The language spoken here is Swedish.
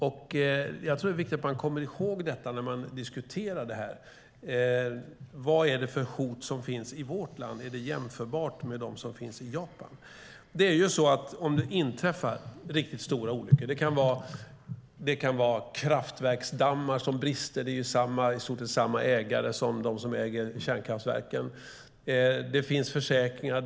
Jag tror att det är viktigt att komma ihåg det när detta diskuteras. Vad är det för hot som finns i vårt land? Är de jämförbara med vad som finns i Japan? Om det inträffar riktigt stora olyckor - det kan gälla kraftverksdammar som brister och att ägare i stort sett är de som äger kärnkraftverken - finns det försäkringar.